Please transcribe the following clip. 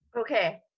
Okay